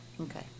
Okay